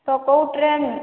ତ କୋଉ ଟ୍ରେନ୍